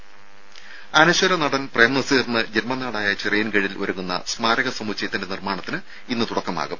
രുര അനശ്വര നടൻ പ്രേംനസീറിന് ജന്മനാടായ ചിറയൻകീഴിൽ ഒരുങ്ങുന്ന സ്മാരക സമുച്ചയത്തിന്റെ നിർമ്മാണത്തിന് ഇന്ന് തുടക്കമാകും